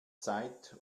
zeit